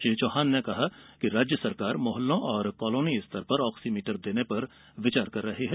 श्री चौहान ने कहा कि राज्य सरकार मोहल्लों और कॉलोनी के स्तर पर ऑक्सीमीटर देने पर विचार कर रही है